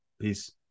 Peace